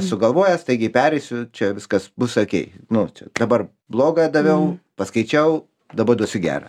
sugalvoja staigiai pereisiu čia viskas bus akei nu čia dabar blogą daviau paskaičiau dabar